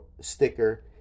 sticker